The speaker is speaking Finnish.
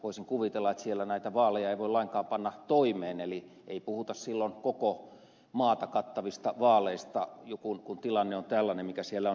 voisin kuvitella että siellä näitä vaaleja ei voi lainkaan panna toimeen eli ei puhuta silloin koko maata kattavista vaaleista kun tilanne on tällainen mikä siellä on